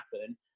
happen